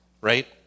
right